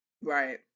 Right